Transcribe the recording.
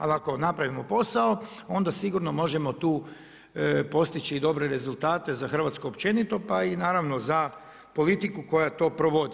Ali ako napravimo posao onda sigurno možemo tu postići i dobre rezultate za Hrvatsku općenito pa i naravno za politiku koja to provodi.